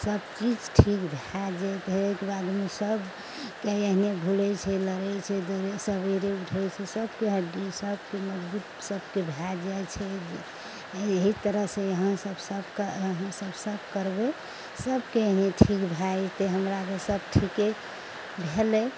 सब चीज ठीक भऽ जेतै ओहिके बादमे सबके एहने भुलै छै लड़ै छै सबेरे उठै छै सबके हड्डी सबके मजबूत सबके भऽ जाइ छै एहि तरह से यहाँ सब हमसब करबै सबके एहने ठीक भऽ जेतै हमरा तऽ सब ठीके भेलै